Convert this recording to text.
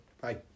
bye